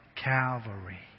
Calvary